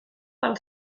pel